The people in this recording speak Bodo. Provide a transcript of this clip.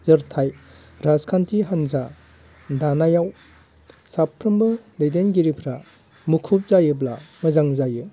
जोरथाय राजखान्थि हान्जा दानायाव साफ्रोमबो दैदेनगिरिफ्रा मुखुब जायोब्ला मोजां जायो